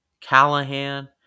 Callahan